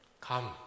Come